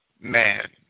man